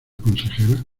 consejera